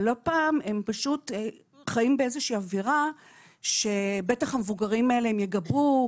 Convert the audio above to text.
אבל לא פעם הם פשוט חיים באיזושהי אווירה שבטח המבוגרים האלה הם יגבו,